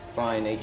fine